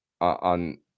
on